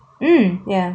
mm